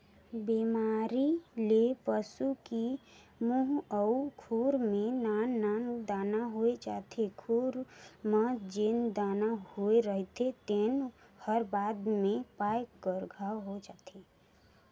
बेमारी होए ले पसू की मूंह अउ खूर में नान नान दाना होय जाथे, खूर म जेन दाना होए रहिथे तेन हर बाद में पाक कर घांव हो जाथे